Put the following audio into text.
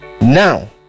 now